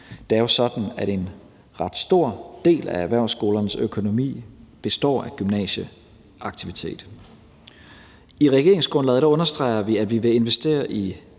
Det er jo sådan, at en ret stor del af erhvervsskolernes økonomi består af gymnasieaktivitet. I regeringsgrundlaget understreger vi, at vi vil investere i